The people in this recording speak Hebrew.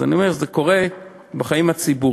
אז אני אומר: זה קורה בחיים הציבוריים,